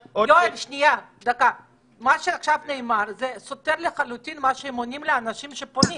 מה שעכשיו נאמר סותר לחלוטין מה שהם עונים לאנשים שפונים,